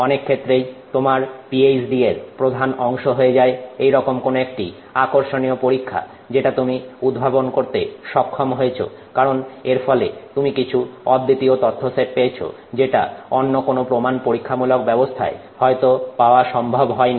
অনেক ক্ষেত্রেই তোমার পিএইচডি এর প্রধান অংশ হয়ে যায় এইরকম কোন একটি আকর্ষণীয় পরীক্ষা যেটা তুমি উদ্ভাবন করতে সক্ষম হয়েছো কারণ এর ফলে তুমি কিছু অদ্বিতীয় তথ্য সেট পেয়েছো যেটা অন্য কোন প্রমাণ পরীক্ষামূলক ব্যবস্থায় হয়তো পাওয়া সম্ভব হয়নি